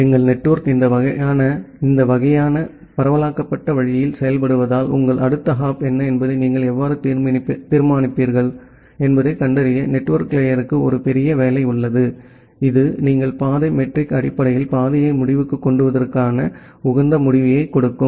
எங்கள் நெட்வொர்க் இந்த வகையான பரவலாக்கப்பட்ட வழியில் செயல்படுவதால் உங்கள் அடுத்த ஹாப் என்ன என்பதை நீங்கள் எவ்வாறு தீர்மானிப்பீர்கள் என்பதைக் கண்டறிய நெட்வொர்க் லேயருக்கு ஒரு பெரிய வேலை உள்ளது இது நீங்கள் பாதை மெட்ரிக் அடிப்படையில் பாதையை முடிவுக்கு கொண்டுவருவதற்கான உகந்த முடிவைக் கொடுக்கும்